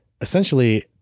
essentially